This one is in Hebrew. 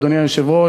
אדוני היושב-ראש,